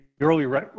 early